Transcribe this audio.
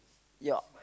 ya